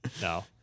No